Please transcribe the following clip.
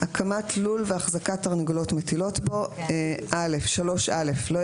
הקמת לול והחזקת תרנגולות מטילות בו לא יקים